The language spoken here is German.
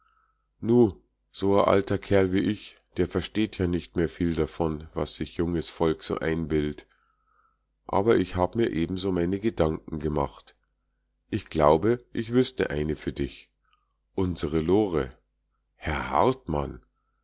nu so a alter kerl wie ich der versteht ja nicht mehr viel davon was sich junges volk so einbild't aber ich hab mir eben so meine gedanken gemacht ich glaube ich wüßte eine für dich unsere lore herr hartmann